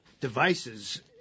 devices